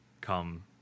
come